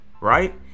right